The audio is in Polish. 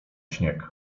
śnieg